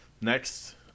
Next